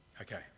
Okay